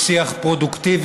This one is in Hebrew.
הוא שיח פרודוקטיבי,